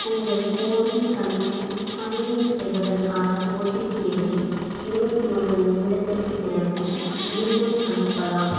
உங்கள் கோவின் கணக்கில் சைன்இன் செய்வதற்கான ஓடிபி எண்ணை இருபத்தி ஒன்பது நிமிடத்திற்குப் பிறகும் மீண்டும் அனுப்பலாம்